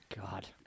God